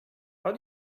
how